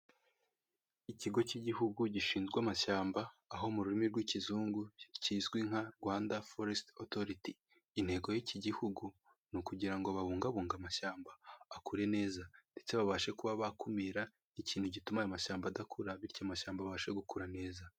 Ikigo cy'ihugu gishinzwe amashyamba aho mu rurimi rw'ikizungu kizwi nka rwanda foresite otoriti intego y'iki kigo n'ukugira ngo babungabunge amashyamba akure neza ndetse babashe kuba bakumira ikintu gituma amashyamba adakura bityo amashyamba abasha gukura neza.